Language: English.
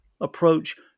approach